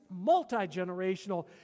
multi-generational